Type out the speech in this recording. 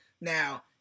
Now